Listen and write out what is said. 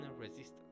resistance